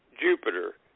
jupiter